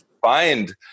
find